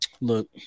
Look